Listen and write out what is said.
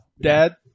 dad